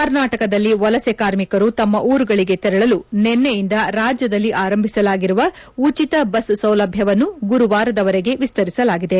ಕರ್ನಾಟಕದಲ್ಲಿ ವಲಸೆ ಕಾರ್ಮಿಕರು ತಮ್ಮ ಊರುಗಳಿಗೆ ತೆರಳಲು ನಿನ್ನೆಯಿಂದ ರಾಜ್ವದಲ್ಲಿ ಆರಂಭಿಸಲಾಗಿರುವ ಉಚಿತ ಬಸ್ ಸೌಲಭ್ಯವನ್ನು ಗುರುವಾರದವರೆಗೆ ವಿಸ್ತರಿಸಲಾಗಿದೆ